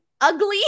ugly